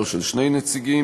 לא של שני נציגים.